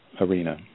arena